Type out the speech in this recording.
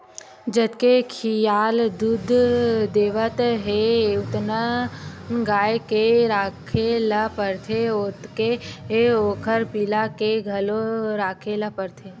जतके खियाल दूद देवत हे तउन गाय के राखे ल परथे ओतके ओखर पिला के घलो राखे ल परथे